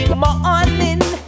morning